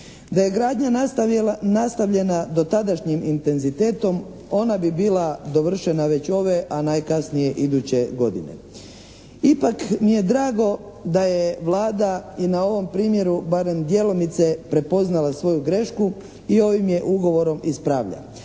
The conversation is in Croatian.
Da je gradnja nastavljena dotadašnjim intenzitetom ona bi bila dovršena već ove a najkasnije iduće godine. Ipak mi je drago da je Vlada i na ovom primjeru barem djelomice prepoznala svoju grešku i ovim je ugovorom ispravlja.